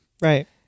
Right